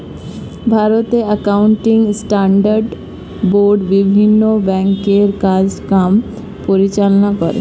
ভারতে accounting standard board বিভিন্ন ব্যাংকের কাজ কাম পরিচালনা করে